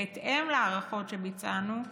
בהתאם להערכות שביצענו,